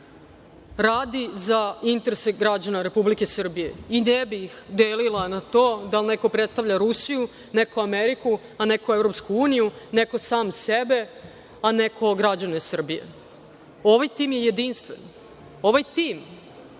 radi za interese građana Republike Srbije i ne bi ih delila na to da li neko predstavlja Rusiju, neko Ameriku, a neko EU, neko sam sebe, a neko građane Srbije. Ovaj tim je jedinstven. Ovaj tim,